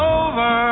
over